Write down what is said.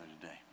today